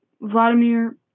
Vladimir